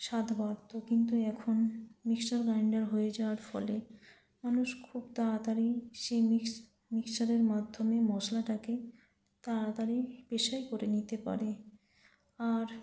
স্বাদ বাড়তো কিন্তু এখন মিক্সার গ্রাইন্ডার হয়ে যাওয়ার ফলে মানুষ খুব তাড়াতাড়ি সেই মিক্স মিক্সচারের মাধ্যমে মশলাটাকে তাড়াতাড়ি পেশাই করে নিতে পারে আর